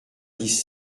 dix